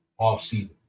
offseason